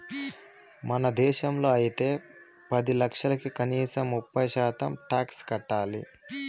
మన దేశంలో అయితే పది లక్షలకి కనీసం ముప్పై శాతం టాక్స్ కట్టాలి